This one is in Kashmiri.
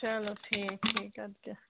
چلو ٹھیٖک ٹھیٖک اَدٕ کیٛاہ